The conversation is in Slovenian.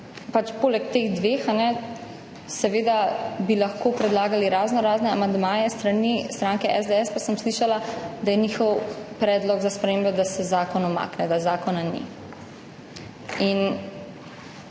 Poleg teh dveh bi seveda lahko predlagali raznorazne amandmaje, s strani stranke SDS pa sem slišala, da je njihov predlog za spremembo, da se zakon umakne, da zakona ni.